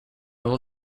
will